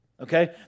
Okay